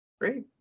great